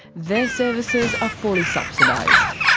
their services are fully subsidised.